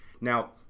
Now